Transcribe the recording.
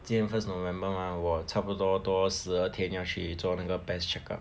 今天 first november mah 我差不多多十二天要去做那个 PES check up